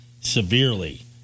severely